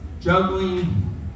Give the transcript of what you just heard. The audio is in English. juggling